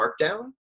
Markdown